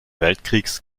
weltkriegs